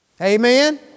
Amen